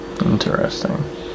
Interesting